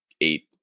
eight